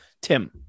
Tim